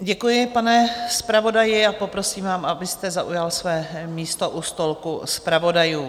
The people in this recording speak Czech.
Děkuji, pane zpravodaji, a poprosím vás, abyste zaujal své místo u stolku zpravodajů.